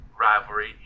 rivalry